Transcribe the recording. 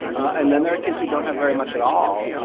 and then there are kids who don't have very much at all,